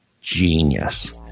genius